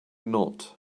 not